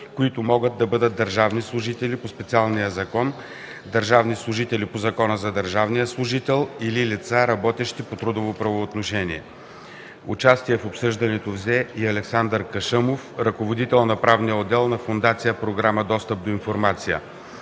които могат да бъдат държавни служители по специалния закон, държавни служители по Закона за държавния служител или лица, работещи по трудово правоотношение. Участие в обсъждането взе и Александър Кашъмов, ръководител на правния отдел на Фондация Програма „Достъп до информация”.